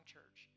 Church